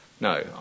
No